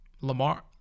Lamar